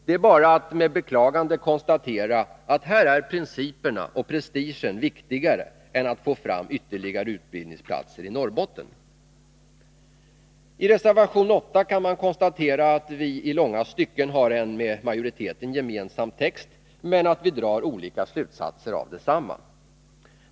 Det är bara att med beklagande konstatera att principerna och prestigen här är viktigare än att få fram ytterligare utbildningsplatser i Norrbotten. I reservation 8 kan man konstatera att vi i långa stycken har en med majoriteten gemensam text men att vi drar olika slutsatser av densamma.